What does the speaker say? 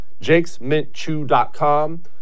jakesmintchew.com